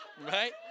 Right